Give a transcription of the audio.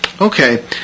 Okay